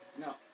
No